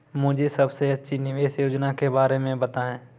मुझे सबसे अच्छी निवेश योजना के बारे में बताएँ?